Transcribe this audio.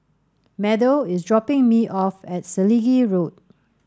Meadow is dropping me off at Selegie Road